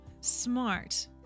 smart